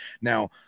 now